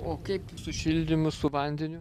o kaip su šildymu su vandeniu